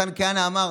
מתן כהנא אמר: